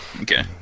okay